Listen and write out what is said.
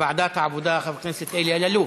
ועדת העבודה חבר הכנסת אלי אלאלוף.